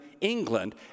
England